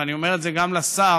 ואני אומר את זה גם לשר,